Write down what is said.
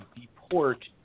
deport